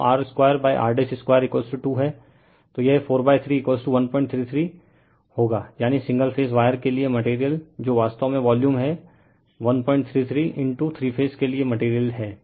तो r 2 r 22हैं तो यह 43 1333 होगा यानी सिंगल फेज वायर के लिए मटेरियल जो वास्तव में वॉल्यूम है 1333 थ्री फेज के लिए मटेरियल हैं